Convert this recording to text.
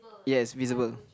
yes visible